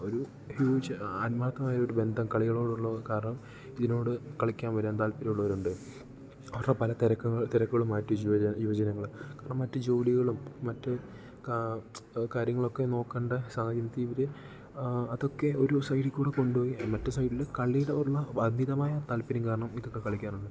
ഒരു ഹ്യൂജ് ആത്മാർത്ഥമായ ഒരു ബന്ധം കളികളോടുള്ള കാരണം ഇതിനോട് കളിക്കാൻ വരാൻ താൽപര്യമുള്ളവരുണ്ട് അവരുടെ പല തിരക്കുകളും മാറ്റി വെച്ചിട്ട് വരുവാ യുവജനങ്ങൾ കാരണം മറ്റ് ജോലികളും മറ്റ് കാര്യങ്ങളൊക്കെ നോക്കേണ്ട സാഹചര്യത്തിൽ ഇവർ അതൊക്കെ ഒരു സൈഡിൽ കൂടെ കൊണ്ടു പോയി മറ്റ് സൈഡിൽ കളിട് ഉള്ള അമിതമായ താൽപര്യം കാരണം ഇതൊക്കെ കളിക്കാറുണ്ട്